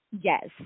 Yes